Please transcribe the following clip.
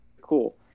cool